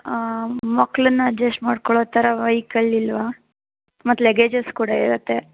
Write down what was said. ಮಕ್ಕಳನ್ನು ಅಡ್ಜಸ್ಟ್ ಮಾಡ್ಕೊಳ್ಳೋ ಥರ ವೆಹಿಕಲ್ ಇಲ್ವಾ ಮತ್ತು ಲಗೆಜ್ಜಸ್ ಕೂಡ ಇರತ್ತೆ